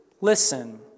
listen